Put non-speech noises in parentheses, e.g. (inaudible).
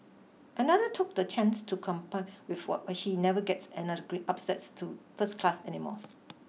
another took the chance to complain (unintelligible) what why he never gets another grey upsets to first class anymore